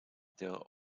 their